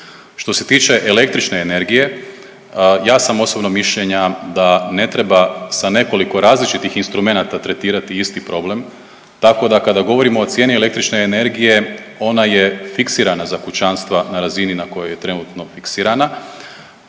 Što se tiče električne energije ja sam osobnog mišljenja da ne treba sa nekoliko različitih instrumenata tretirati isti problem, tako da kada govorimo o cijeni električne energije ona je fiksirana za kućanstva na razini na kojoj je trenutno fiksirana.